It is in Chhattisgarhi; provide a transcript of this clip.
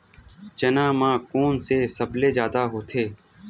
चना म कोन से सबले जादा होथे?